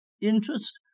interest